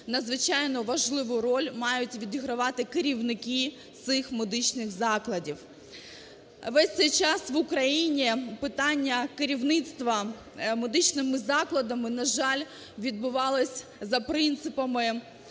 надзвичайно важливу роль мають відігравати керівники цих медичних закладів. Весь цей час в Україні питання керівництва медичними закладами, на жаль, відбувалось за принципами